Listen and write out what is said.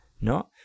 no